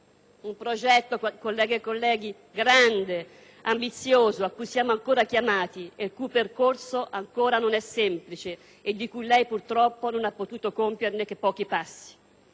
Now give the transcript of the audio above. Un progetto - colleghe e colleghi - grande, ambizioso, a cui siamo ancora chiamati e il cui percorso ancora non è semplice e di cui lei, purtroppo, non ha potuto compiere che pochi passi.